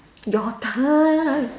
your turn